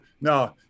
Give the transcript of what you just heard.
no